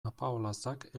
apaolazak